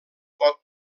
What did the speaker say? pot